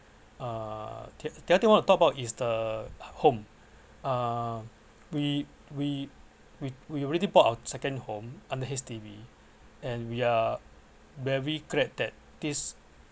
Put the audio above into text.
uh the the other thing I want to talk about is the home uh we we we we already bought our second home under H_D_B and we are very glad that this